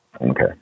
okay